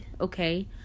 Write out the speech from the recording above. okay